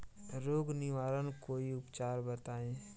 रोग निवारन कोई उपचार बताई?